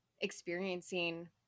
experiencing